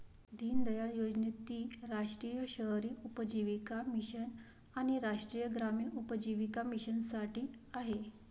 दीनदयाळ योजनेत ती राष्ट्रीय शहरी उपजीविका मिशन आणि राष्ट्रीय ग्रामीण उपजीविका मिशनसाठी आहे